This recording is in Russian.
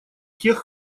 тех